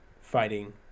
fighting